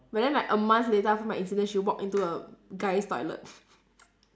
but then like a month later after my incident she walk into a guy's toilet